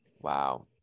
Wow